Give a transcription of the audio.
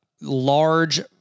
large